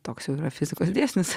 toks yra fizikos dėsnis